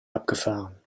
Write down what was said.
abgefahren